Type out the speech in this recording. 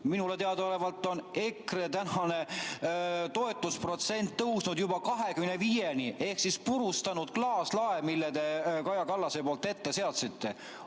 Minule teadaolevalt on EKRE tänane toetusprotsent tõusnud juba 25-ni ehk purustanud klaaslae, mille Kaja Kallas ette seadis.